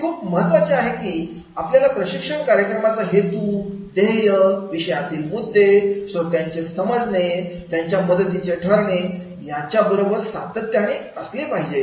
हे खूप महत्त्वाचे आहे की आपल्या प्रशिक्षण कार्यक्रमाचा हेतू ध्येय विषयातील मुद्दे श्रोत्यांचे समजणे त्यांना मदतीचे ठरणे याच्या बरोबर सातत्याने असले पाहिजे